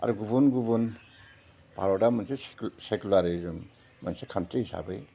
आरो गुबुन गुबुन भारता मोनसे सेकुलार रिजोन मोनसे खान्थिि हिसाबै